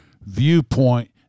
viewpoint